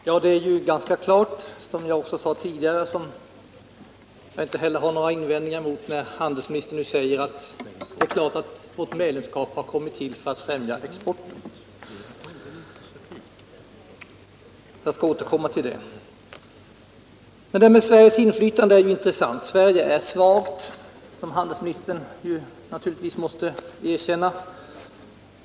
Herr talman! Det är ganska klart, som jag sade tidigare, att jag inte har någon invändning när handelsministern säger att vårt medlemskap har kommit till för att främja exporten. Jag skall återkomma till det. Detta med Sveriges inflytande är intressant. Sverige är svagt, som handelsministern naturligtvis måste erkänna.